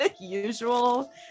usual